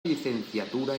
licenciatura